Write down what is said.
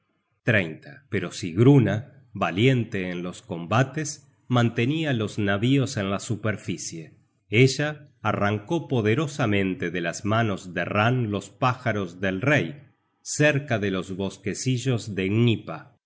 flota pero sigruna valiente en los combates mantenia los navíos en la superficie ella arrancó poderosamente de las manos de ran los pájaros del rey cerca de los bosquecillos de gnipa